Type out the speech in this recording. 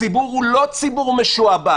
הציבור הוא לא ציבור משועבד.